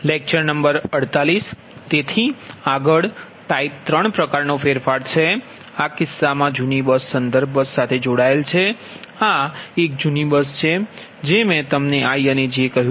તેથી આગળ ટાઇપ 3 પ્રકાર નો ફેરફાર છે આ કિસ્સામાં જૂની બસ સંદર્ભ બસ સાથે જોડાયેલ છે આ એક જૂની બસ છે જે મેં તમને i અને j કહ્યું